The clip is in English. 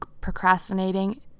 procrastinating